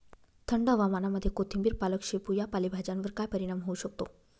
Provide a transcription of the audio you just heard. थंड हवामानामध्ये कोथिंबिर, पालक, शेपू या पालेभाज्यांवर काय परिणाम होऊ शकतो?